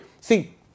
See